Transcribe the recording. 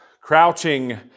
crouching